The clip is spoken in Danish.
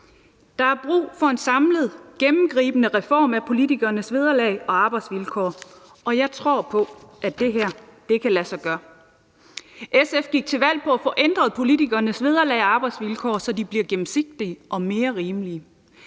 Der er brug for en samlet gennemgribende reform af politikernes vederlag og arbejdsvilkår, og jeg tror på, at det her kan lade sig gøre. SF gik til valg på at få ændret politikernes vederlag og arbejdsvilkår, så de bliver gennemsigtige og mere rimelige.